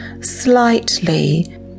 slightly